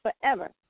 forever